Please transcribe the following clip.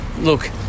look